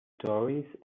stories